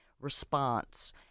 response